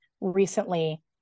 recently